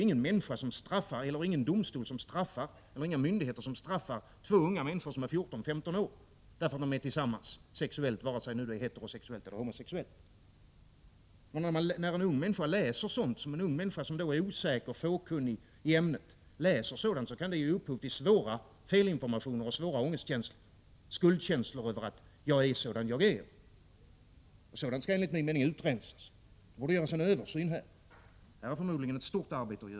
Ingen människa, domstol eller myndighet straffar två unga människor som är 14—15 år därför att de är tillsammans sexuellt, vare sig deras umgänge är heterosexuellt eller homosexuellt. När en ung människa, som är osäker och fåkunnig i ämnet, läser sådant kan detta ge upphov till allvarliga felinformationer och svåra ångestkänslor. Hos en ung människa kan det skapa skuldkänslor för att hon är sådan hon är. Sådant skall enligt min mening utrensas. På detta område borde det göras en översyn, och det innebär ett stort arbete.